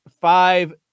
five